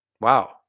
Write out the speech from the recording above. wow